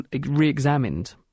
re-examined